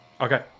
Okay